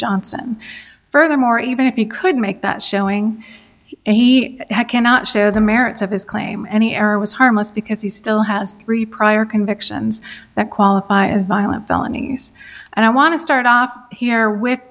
johnson furthermore even if he could make that showing he cannot show the merits of his claim any error was harmless because he still has three prior convictions that qualify as violent felonies and i want to start off here with